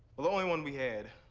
but only one we had,